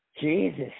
Jesus